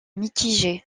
mitigées